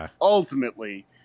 ultimately